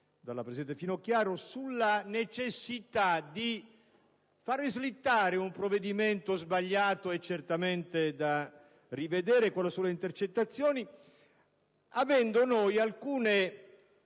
dalla presidente Finocchiaro circa la necessità di far slittare un provvedimento sbagliato e certamente da rivedere, quello sulle intercettazioni, avendo noi alcune